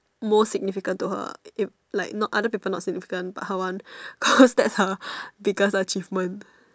most significant to her ah if like not other people not significant but her one cause that's her biggest achievement